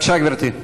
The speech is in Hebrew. בבקשה, גברתי.